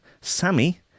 Sammy